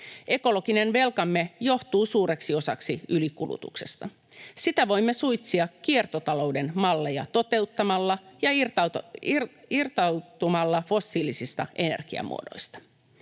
Ekologinen velkamme johtuu suureksi osaksi ylikulutuksesta. Sitä voimme suitsia kiertotalouden malleja toteuttamalla ja irtautumalla fossiilisista energiamuodoista.